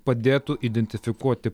padėtų identifikuoti